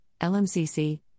LMCC